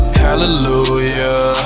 hallelujah